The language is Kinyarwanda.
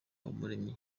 habumuremyi